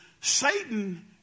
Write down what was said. Satan